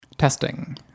testing